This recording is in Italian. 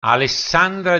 alessandra